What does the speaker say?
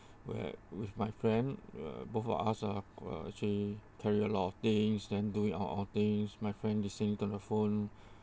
where with my friend uh both of us are actually carry a lot of things then doing all of things my friend listening to her phone